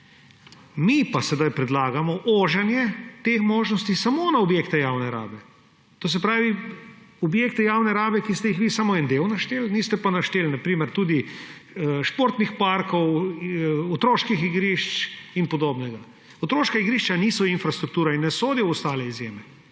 Mi pa sedaj predlagamo ožanje te možnosti samo na objekte javne rabe. To se pravi, objekti javne rabe, ki ste jih vi samo en del našteli, niste pa našteli tudi športnih parkov, otroških igrišč in podobnega. Otroška igrišča niso infrastruktura in ne sodijo v ostale izjeme.